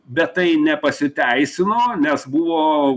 bet tai nepasiteisino nes buvo